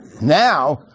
now